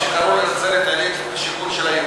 עוד כשקראו לנצרת-עילית "השיכון של היהודים".